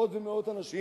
עשרות ומאות אנשים,